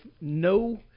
no